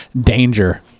danger